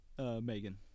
Megan